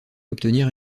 obtenir